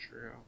true